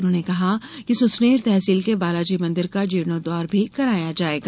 उन्होंने कहा कि सुसनेर तहसील के बालाजी मंदिर का जीणोद्वार भी कराया जायेगा